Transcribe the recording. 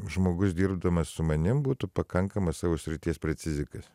žmogus dirbdamas su manim būtų pakankamas savo srities precizikas